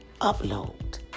upload